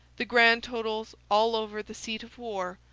the grand totals, all over the seat of war,